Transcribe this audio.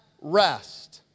rest